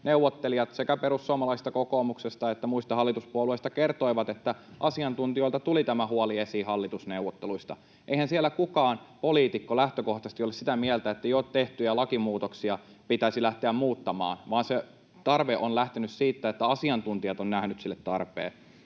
neuvottelijamme sekä perussuomalaisista ja kokoomuksesta että muista hallituspuolueista kertoivat, että asiantuntijoilta tuli tämä huoli esiin hallitusneuvotteluissa. Eihän siellä kukaan poliitikko lähtökoh-taisesti ole sitä mieltä, että jo tehtyjä lakimuutoksia pitäisi lähteä muuttamaan, vaan se tarve on lähtenyt siitä, että asiantuntijat ovat nähneet sille tarpeen.